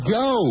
go